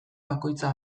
bakoitza